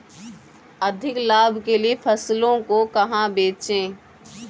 अधिक लाभ के लिए फसलों को कहाँ बेचें?